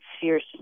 fierce